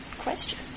question